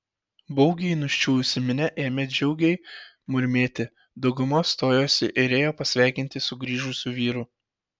baugiai nuščiuvusi minia ėmė džiugiai murmėti dauguma stojosi ir ėjo pasveikinti sugrįžusių vyrų